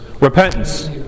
Repentance